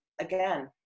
Again